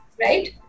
Right